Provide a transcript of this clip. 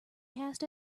cast